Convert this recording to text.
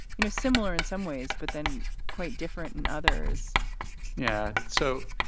you know, similar in some ways, but then quite different and others yeah. so